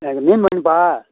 எனக்கு மீன் வேணும்பா